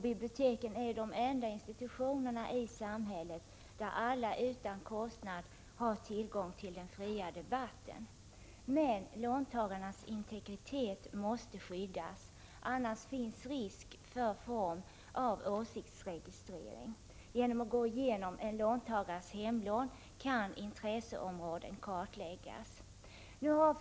Biblioteken är de enda institutionerna i samhället där alla utan kostnad har tillgång till den fria debatten. Låntagarnas integritet måste skyddas, annars finns det risk för former av åsiktsregistrering. Genom att gå igenom en låntagares hemlån kan man kartlägga intresseområden.